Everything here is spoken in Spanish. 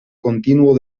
continuo